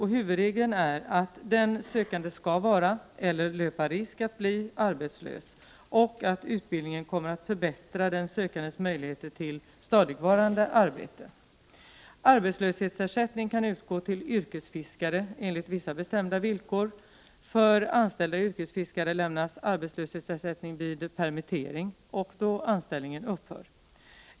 Huvudregeln är att den sökande skall vara eller löpa risk att bli arbetslös och att utbildningen kommer att förbättra den sökandes möjligheter till stadigvarande arbete. Arbetslöshetsersättning kan utgå till yrkesfiskare enligt vissa bestämda villkor. För anställda yrkesfiskare lämnas arbetslöshetsersättning vid permit tering och då anställningen upphör.